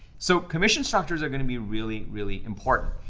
so commission structures are gonna be really, really important.